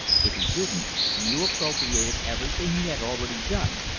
if he didn't, you appropriated everything he had already done.